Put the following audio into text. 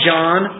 John